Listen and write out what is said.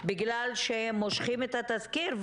בגלל שהם מושכים את התזכיר,